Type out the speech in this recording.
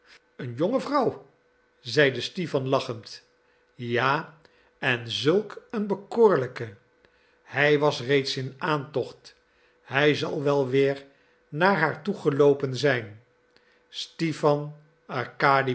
een jonge vrouw zei stipan lachend ja en zulk een bekoorlijke hij was reeds in aantocht hij zal wel weer naar haar toegeloopen zijn stipan